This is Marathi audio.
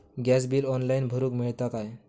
गॅस बिल ऑनलाइन भरुक मिळता काय?